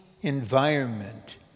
environment